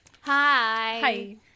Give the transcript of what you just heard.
Hi